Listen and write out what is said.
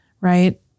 right